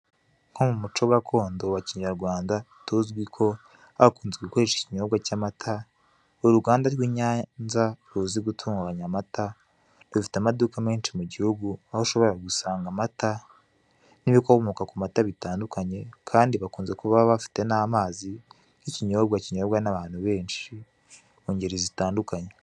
Nko mu muco gakondo wa kinyarwanda, tuzwi ko hakunzwe gukoreshwa ikinyobwa cy'amata ,uruganda rw'i Nyanza ruzi gutunganya amata, rufite amaduka menshi mu gihugu aho ushobora gusanga amata, nibikomoka ku mata bitandukanye, kandi bakunze kuba bafite n'amazi nk'ikinyobwa kinyobwa n'abantu benshi mu ingeri zitandukanye.